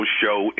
show